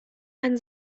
ein